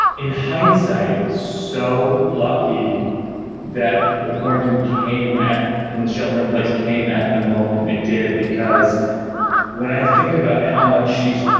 in hindsight, so lucky that the cornton came at the shelter in place. came at the moment it did, because when i think about how much she's.